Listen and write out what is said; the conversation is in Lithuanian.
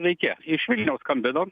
sveiki iš vilniaus skambinu